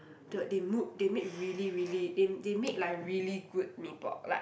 the they mood they make really really they they make like really good mee pok like